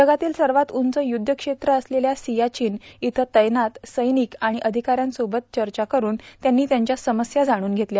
जगातील सर्वात उंच युद्ध क्षेत्र असलेल्या सियाचीन इथं तैनात सैनिक आणि अधिकाऱ्यांसोबत चर्चा करून त्यांनी त्यांच्या समस्या जाणून घेतल्या